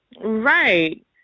Right